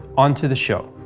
on to the show.